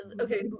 Okay